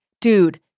Dude